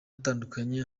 atandukanye